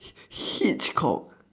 hitchcock